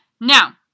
Now